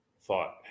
thought